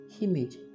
image